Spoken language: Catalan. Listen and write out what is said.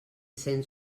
sent